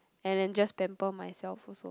and then just pamper myself first lor